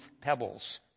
pebbles